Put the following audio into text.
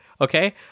Okay